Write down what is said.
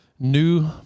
New